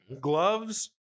gloves